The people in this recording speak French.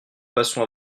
passons